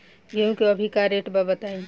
गेहूं के अभी का रेट बा बताई?